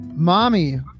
Mommy